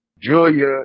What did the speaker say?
Julia